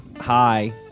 Hi